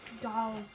doll's